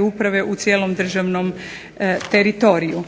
uprave u cijelom državnom teritoriju.